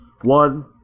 One